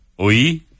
Oi